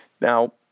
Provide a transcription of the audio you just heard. Now